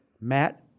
Matt